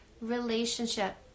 relationship